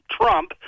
Trump